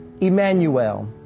Emmanuel